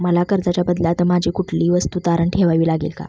मला कर्जाच्या बदल्यात माझी कुठली वस्तू तारण ठेवावी लागेल का?